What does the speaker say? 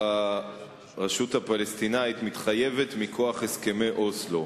לרשות הפלסטינית מתחייבת מכוח הסכמי אוסלו.